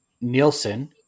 Nielsen